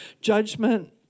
judgment